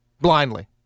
blindly